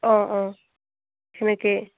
অঁ অঁ সেনেকৈয়ে